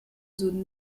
zone